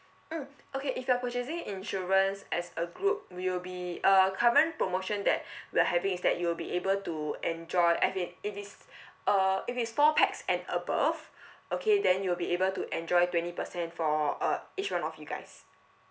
mm okay if you're purchasing insurance as a group we'll be uh current promotion that we're having is that you'll be able to enjoy as in if it's uh if it's four pax and above okay then you'll be able to enjoy twenty percent for uh each one of you guys